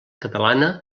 catalana